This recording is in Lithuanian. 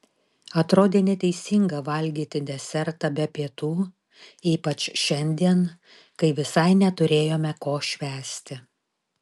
atrodė neteisinga valgyti desertą be pietų ypač šiandien kai visai neturėjome ko švęsti